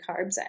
carbs